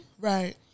Right